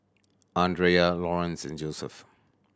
Andrea Laurance and Joseph